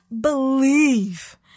believe